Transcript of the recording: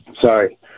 sorry